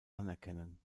anerkennen